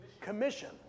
Commission